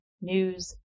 news